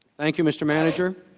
thank you mr. manager